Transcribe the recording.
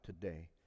today